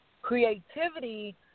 Creativity